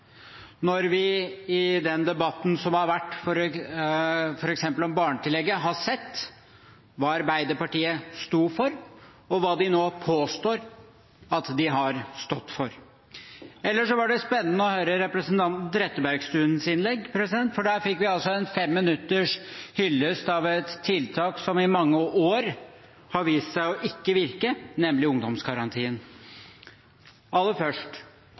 når vi under den debatten som har vært, f.eks. om barnetillegget, har sett hva Arbeiderpartiet sto for, og hva de nå påstår at de har stått for. Ellers var det spennende å høre representanten Trettebergstuens innlegg. Der fikk vi en fem minutters hyllest av et tiltak som i mange år har vist seg ikke å virke, nemlig ungdomsgarantien. Aller først: